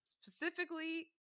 specifically